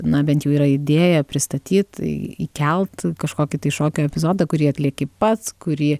na bent jau yra idėja pristatyt į įkelt kažkokį tai šokio epizodą kurį atlieki pats kurį